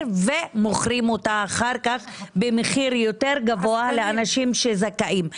ומוכרים אחר כך במחיר יותר גבוה לאנשים שזכאים.